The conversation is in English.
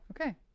Okay